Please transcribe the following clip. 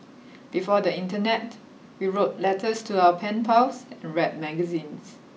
before the internet we wrote letters to our pen pals and read magazines